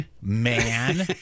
man